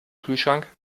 kühlschrank